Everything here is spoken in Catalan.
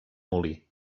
molí